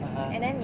(uh huh)